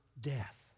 death